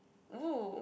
!woo!